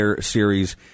series